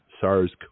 SARS